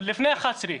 לפני 23:00,